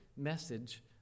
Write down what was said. message